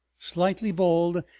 slightly bald,